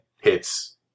hits